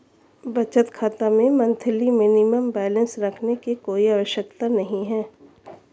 बचत खाता में मंथली मिनिमम बैलेंस रखने की कोई आवश्यकता नहीं है